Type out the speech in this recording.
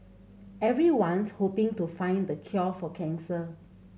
everyone's hoping to find the cure for cancer